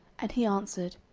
and he answered,